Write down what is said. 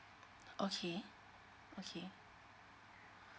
okay okay